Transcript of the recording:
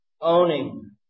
owning